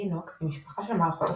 לינוקס היא משפחה של מערכות הפעלה,